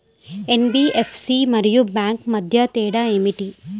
NBFC మరియు bank మధ్య తేడా ఏమిటి?